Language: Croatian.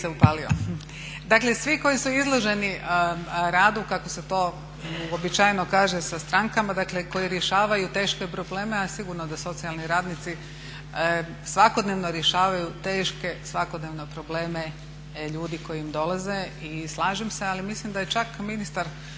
svi koji su izloženi radu kako se to uobičajeno kaže sa strankama, dakle koji rješavaju teške probleme, a sigurno da socijalni radnici svakodnevno rješavaju teške svakodnevne probleme ljudi koji im dolaze. Slažem se, ali mislim da je čak ministar